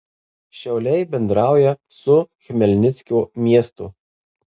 šiauliai bendrauja su chmelnickio miestu